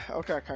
okay